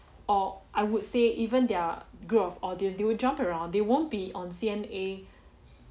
or I would say even their group of audience they would jump around they won't be on C_N_A